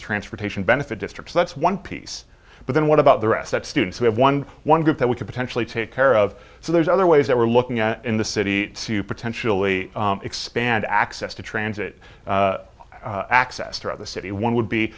transportation benefit district so that's one piece but then what about the rest that students who have one one group that we could potentially take care of so there's other ways that we're looking at in the city to potentially expand access to transit access to the city one would be